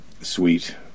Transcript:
Sweet